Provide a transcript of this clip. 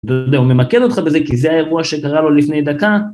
הוא ממקד אותך בזה, כי זה האירוע שקרה לו לפני דקה.